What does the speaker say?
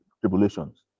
tribulations